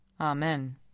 Amen